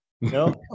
no